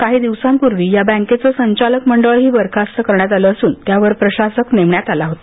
काही दिवसांपूर्वी या बँकेचं संचालक मंडळही बरखास्त करण्यात आलं असून त्यावर प्रशासक नेमण्यात आला होता